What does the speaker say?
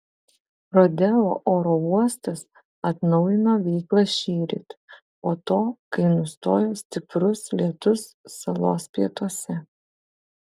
rodeo oro uostas atnaujino veiklą šįryt po to kai nustojo stiprus lietus salos pietuose